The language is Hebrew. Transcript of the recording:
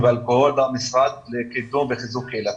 סמים ואלכוהול במשרד לקידום וחיזוק קהילתי.